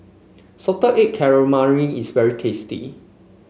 Salted Egg Calamari is very tasty